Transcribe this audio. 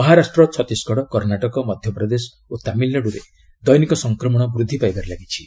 ମହାରାଷ୍ଟ୍ର ଛତିଶଗଡ଼ କର୍ଣ୍ଣାଟକ ମଧ୍ୟପ୍ରଦେଶ ଓ ତାମିଲନାଡୁରେ ଦୈନିକ ସଂକ୍ରମଣ ବୃଦ୍ଧି ପାଇବାରେ ଲାଗିଛି